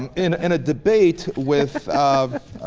and in a in a debate with um